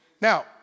Now